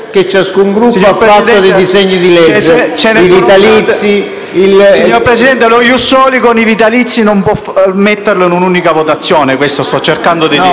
Signor Presidente, lo *ius soli* e i vitalizi non può metterli in un'unica votazione: questo sto cercando di dire.